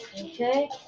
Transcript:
Okay